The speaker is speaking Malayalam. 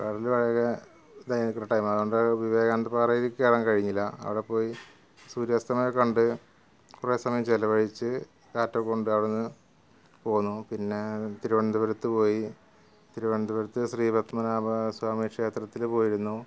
കടല് ഭയങ്കര ഇതായിരിക്കുന്ന ടൈമാണ് അതുകൊണ്ട് വിവേകാനന്ദപ്പാറയില് കേറാൻ കഴിഞ്ഞില്ല് അവിടെപ്പോയി സൂര്യാസ്തമയമൊക്കെ കണ്ട് കുറേ സമയം ചെലവഴിച്ച് കാറ്റൊക്കെ കൊണ്ട് അവിടുന്ന് പോന്നു പിന്നേ തിരുവനന്തപുരത്ത് പോയി തിരുവനന്തപുരത്ത് ശ്രീപത്മനാഭസ്വാമി ക്ഷേത്രത്തില് പോയിരുന്നു